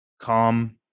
calm